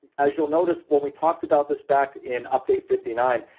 as you'll notice when we talked about this back in update fifty nine,